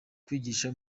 kwigisha